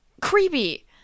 creepy